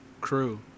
Crew